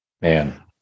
Man